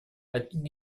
отнюдь